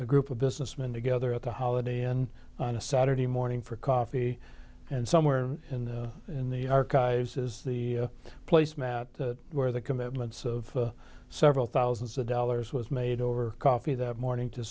a group of businessmen together at the holiday inn on a saturday morning for coffee and somewhere in the archives is the place mat where the commitments of several thousands of dollars was made over coffee that morning to